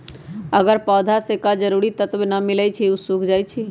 अगर पौधा स के जरूरी तत्व न मिलई छई त उ सूख जाई छई